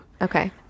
Okay